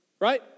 Right